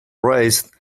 raised